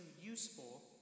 useful